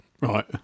Right